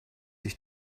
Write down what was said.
sich